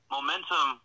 Momentum